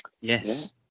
Yes